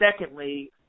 Secondly